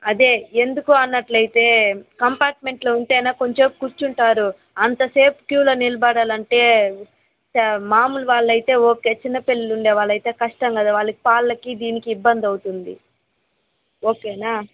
అదే ఎందుకు అన్నట్లు అయితే కంపార్ట్మెంట్లో ఉంటేనే కొంచెం సేపు కూర్చుంటారు అంత సేపు క్యూలో నిలబడాలి అంటే మాములు చ వాళ్ళైతే ఓకే చిన్నపిల్లలు ఉండేవాళ్ళయితే కష్టం కదా వాళ్ళకి పాలకి దీనికి ఇబ్బంది అవుతుంది ఓకే నా